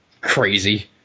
crazy